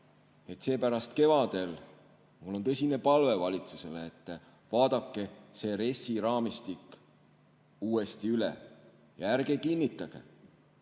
Seepärast kevadel – mul on tõsine palve valitsusele – vaadake RES‑i raamistik uuesti üle ja ärge kinnitage